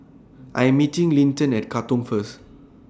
I Am meeting Linton At Katong First